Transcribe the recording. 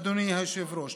אדוני היושב-ראש.